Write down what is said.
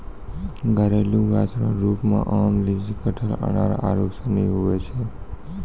घरेलू गाछ रो रुप मे आम, लीची, कटहल, अनार आरू सनी हुवै छै